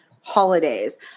holidays